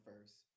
first